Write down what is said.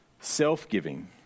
self-giving